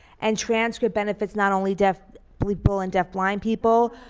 and transcripts benefit not only deaf people and deaf-blind people,